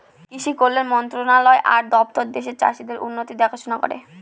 কৃষি কল্যাণ মন্ত্রণালয় আর দপ্তর দেশের চাষীদের উন্নতির দেখাশোনা করে